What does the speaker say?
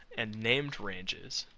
and named ranges.